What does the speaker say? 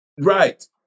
Right